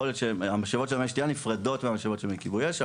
יכול להיות שמשאבות מי השתייה נפרדות מהמשאבות של כיבוי האש,